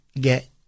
get